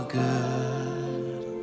good